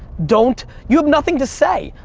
don't, you have nothing to say.